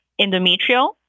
endometrial